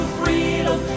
freedom